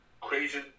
crazy